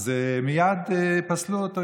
אז מייד פסלו אותו,